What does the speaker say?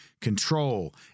control